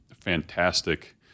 fantastic